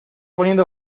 poniendo